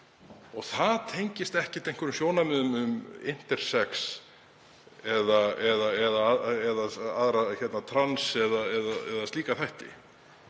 Það tengist ekkert einhverjum sjónarmiðum um intersex eða trans eða slíka þætti.